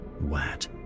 wet